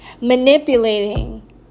Manipulating